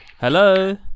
Hello